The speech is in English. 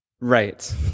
Right